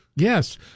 Yes